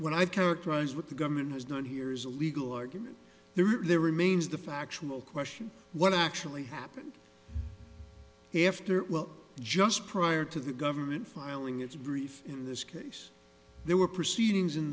when i've characterized what the government has done here is a legal argument there remains the factual question what actually happened after it well just prior to the government filing its brief in this case there were proceedings in